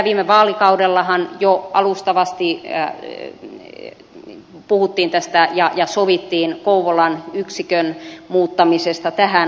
viime vaalikaudellahan jo alustavasti puhuttiin tästä ja sovittiin kouvolan yksikön muuttamisesta tähän tarkoitukseen